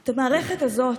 את המערכת הזאת,